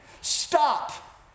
Stop